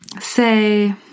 say